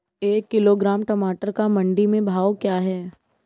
एक किलोग्राम टमाटर का मंडी में भाव क्या है?